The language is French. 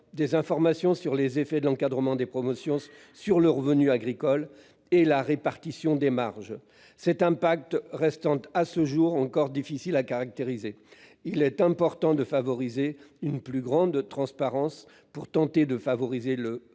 des informations sur les effets de l'encadrement des promotions sur le revenu agricole et la répartition des marges, cet impact restant à ce jour encore difficile à caractériser. Il est important d'encourager une plus grande transparence pour favoriser le fameux